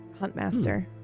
Huntmaster